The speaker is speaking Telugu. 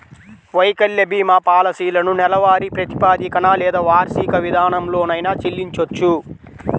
వైకల్య భీమా పాలసీలను నెలవారీ ప్రాతిపదికన లేదా వార్షిక విధానంలోనైనా చెల్లించొచ్చు